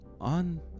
on